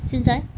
现在